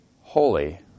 holy